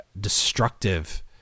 destructive